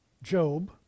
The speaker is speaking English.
Job